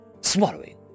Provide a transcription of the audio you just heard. swallowing